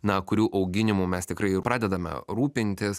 na kurių auginimu mes tikrai pradedame rūpintis